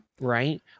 Right